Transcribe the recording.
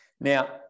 Now